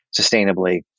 sustainably